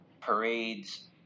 parades